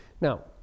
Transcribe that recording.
Now